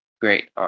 great